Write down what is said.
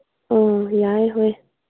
ꯑꯥ ꯌꯥꯏ ꯍꯣꯏ